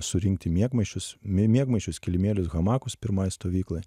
surinkti miegmaišius mie miegmaišius kilimėlius hamakus pirmai stovyklai